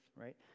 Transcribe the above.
right